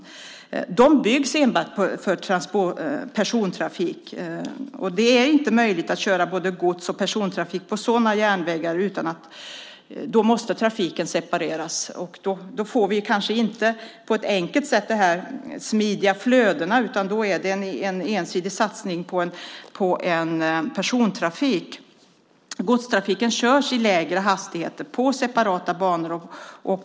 De järnvägarna byggs enbart för persontrafik. Det är inte möjligt att ha både gods och persontrafik på sådana järnvägar, utan trafiken måste separeras. Då får vi kanske inte på ett enkelt sätt smidiga flöden, utan då är det en ensidig satsning på persontrafik. Godstrafiken körs i lägre hastigheter på separata banor.